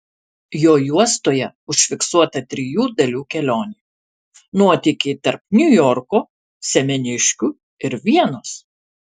jo juostoje užfiksuota trijų dalių kelionė nuotykiai tarp niujorko semeniškių ir vienos